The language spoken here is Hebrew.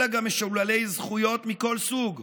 אלא גם משוללי זכויות מכל סוג,